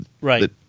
right